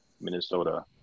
Minnesota